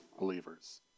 believers